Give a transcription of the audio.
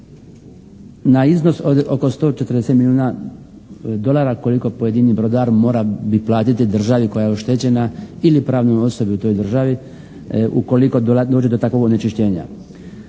na iznos od oko 140 milijuna dolara koliko pojedini brodar morao bi platiti državi koja je oštećena ili pravnoj osobi u toj državi ukoliko dođe do takvog onečišćenja.